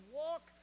walk